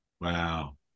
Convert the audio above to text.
wow